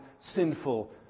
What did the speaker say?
sinful